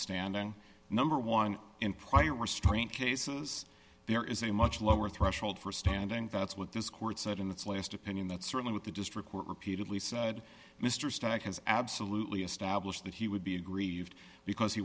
standing number one in prior restraint cases there is a much lower threshold for standing that's what this court said in its last opinion that certainly with the district court repeatedly said mr stack has absolutely established that he would be aggrieved because he